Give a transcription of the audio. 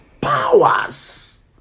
Powers